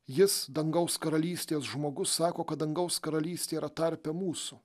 jis dangaus karalystės žmogus sako kad dangaus karalystė yra tarpe mūsų